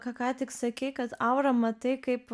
ką ką tik sakei kad aurą matai kaip